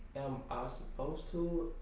ah suppose to?